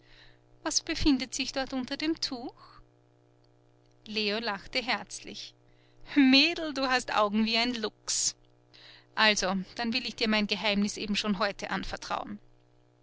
was befindet sich dort unter dem tuch leo lachte herzlich mädel du hast augen wie ein luchs also dann will ich dir mein geheimnis eben schon heute anvertrauen